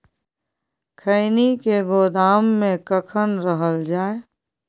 खैनी के गोदाम में कखन रखल जाय?